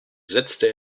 setzte